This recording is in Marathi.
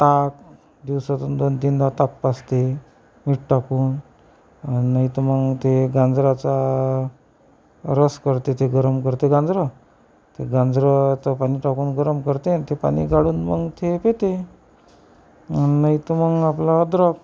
ताक दिवसातून दोनतीनदा ताक पाजते मीठ टाकून नाही तर मग ते गाजराचा रस करते ते गरम करते गाजरं ते गाजराचं पाणी टाकून गरम करते आणि ते पाणी काढून मग ते पिते नाही तर मग आपलं अद्रक